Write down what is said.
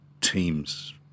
teams